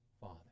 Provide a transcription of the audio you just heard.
father